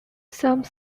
some